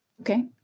Okay